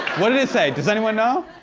what did it say? does anyone know?